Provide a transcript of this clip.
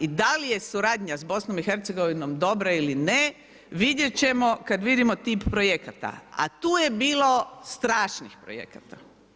I da li je suradnja sa BiH-om dobra ili ne, vidjet ćemo kad vidimo tip projekata a tu je bilo strašnih projekata.